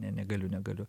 ne negaliu negaliu